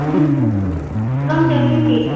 बेसे गांसेआव टुवेन्टि